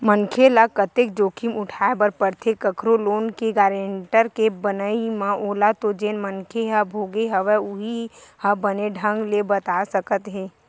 मनखे ल कतेक जोखिम उठाय बर परथे कखरो लोन के गारेंटर के बनई म ओला तो जेन मनखे ह भोगे हवय उहीं ह बने ढंग ले बता सकत हे